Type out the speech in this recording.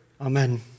Amen